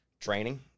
training